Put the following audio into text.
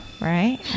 right